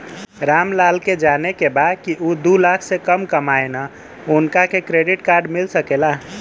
राम लाल के जाने के बा की ऊ दूलाख से कम कमायेन उनका के क्रेडिट कार्ड मिल सके ला?